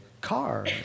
car